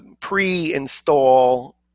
pre-install